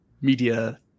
media